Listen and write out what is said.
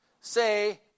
say